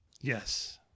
yes